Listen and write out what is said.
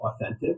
authentic